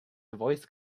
voice